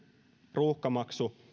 ruuhkamaksu